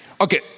okay